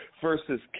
versus